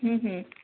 ہوں ہوں